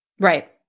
Right